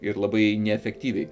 ir labai neefektyviai